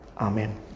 amen